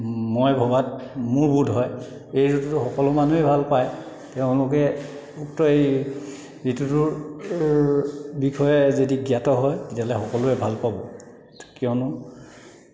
মই ভবাত মোৰ বোধ হয় এই ঋতুটো সকলো মানুহেই ভাল পায় তেওঁলোকে উক্ত এই ঋতুটোৰ বিষয়ে যদি জ্ঞাত হয় তেতিয়াহ'লে সকলোৱে ভাল পাব কিয়নো